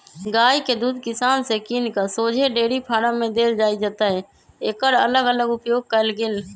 गाइ के दूध किसान से किन कऽ शोझे डेयरी फारम में देल जाइ जतए एकर अलग अलग उपयोग कएल गेल